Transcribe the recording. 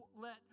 let